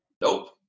Nope